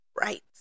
right